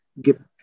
give